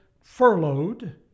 furloughed